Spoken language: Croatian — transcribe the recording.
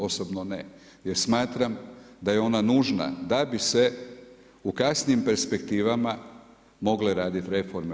Osobno ne, jer smatram da je ona nužna da bi se u kasnijim perspektivama mogle raditi reforme.